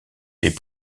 les